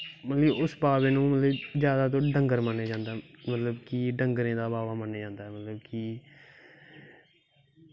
मतलव इस बाबे नू मतलव जादातर दंगल मन्नेआं जंदा मतलव की डंगरें दा बाबा मन्नेंआ जंदा ऐ कि